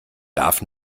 darf